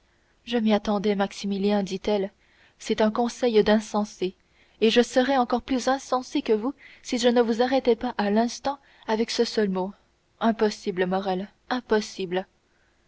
je m'y attendais maximilien dit-elle c'est un conseil d'insensé et je serais encore plus insensée que vous si je ne vous arrêtais pas à l'instant avec ce seul mot impossible morrel impossible